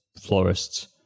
florists